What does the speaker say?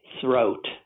throat